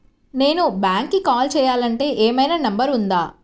నేను బ్యాంక్కి కాల్ చేయాలంటే ఏమయినా నంబర్ ఉందా?